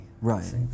Right